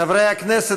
חברי הכנסת,